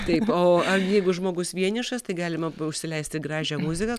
taip o jeigu žmogus vienišas tai galima užsileisti gražią muziką